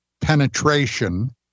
Penetration